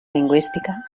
lingüística